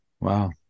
Wow